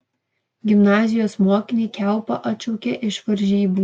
gimnazijos mokinį kiaupą atšaukė iš varžybų